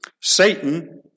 Satan